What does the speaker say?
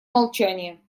молчания